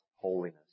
holiness